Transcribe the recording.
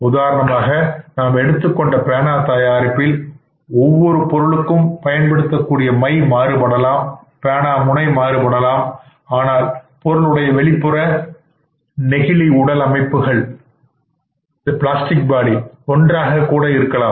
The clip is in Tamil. உதாரணமாக நாம் எடுத்துக்கொண்ட பேனா தயாரிப்பில் ஒவ்வொரு பொருளுக்கும் பயன்படுத்தக்கூடிய மை மாறுபடலாம் பேனாமுனை மாறுபடலாம் ஆனால் பொருளுடைய வெளிப்புற பிளாஸ்டிக் உடல் அமைப்புகள் ஒன்றாகக் கூட இருக்கலாம்